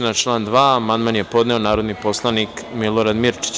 Na član 2. amandman je podneo narodni poslanik Milorad Mirčić.